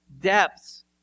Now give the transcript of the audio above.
depths